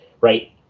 right